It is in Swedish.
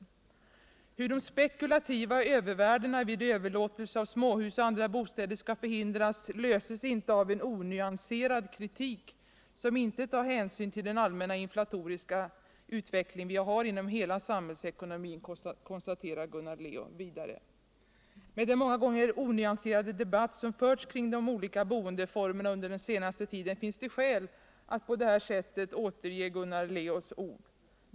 Problemet hur de spekulativa övervärdena vid överlåtelse av småhus och andra bostäder skall förhindras löses inte av en onyanserad kritik, som inte tar hänsyn till den allmänna inflatoriska utveckling vi har inom hela samhällsekonomin, konstaterar Gunnar Leo vidare. Med den många gånger onyanserade debatt som förts kring de olika boendeformerna under den senaste tiden finns det skäl att på det här sättet återge Gunnar Leos ord.